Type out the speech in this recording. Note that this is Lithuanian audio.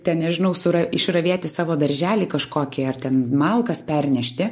ten nežinau sura išravėti savo darželį kažkokį ar ten malkas pernešti